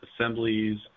assemblies